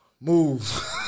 Move